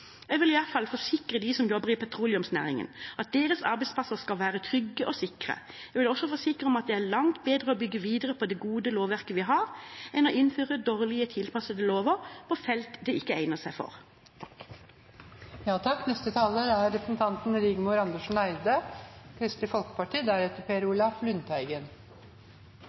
Jeg vil i hvert fall forsikre dem som jobber i petroleumsnæringen, om at deres arbeidsplasser skal være trygge og sikre. Jeg vil også forsikre om at det er langt bedre å bygge videre på det gode lovverket vi har, enn å innføre dårlig tilpassede lover på felt de ikke egner seg for.